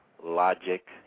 logic